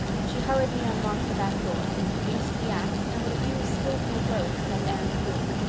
she hurriedly unlocked the back door, produced the axe, and with a few skillfull blows set anne free.